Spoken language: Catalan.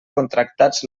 contractats